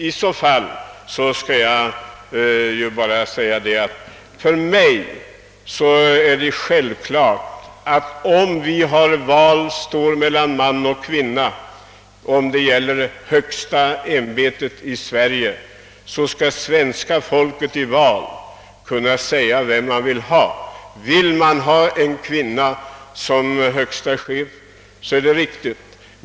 I så fall skall jag bara säga, att det för mig är självklart, att om valet står mellan man och kvinna när det gäller det högsta ämbetet i Sverige, skall svenska folket i val kunna avgöra vem man vill ha. Vill man då ha en kvinna som högsta chef är det riktigt.